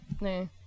no